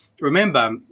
Remember